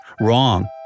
Wrong